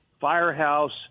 firehouse